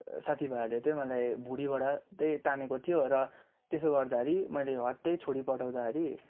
साथी भाइहरूले चाहिँ मलाई भुडीबाट चाहिँ तानेको थियो र त्यसो गर्दाखेरि मैले ह्वात्तै छोडी पठाउँदाखेरि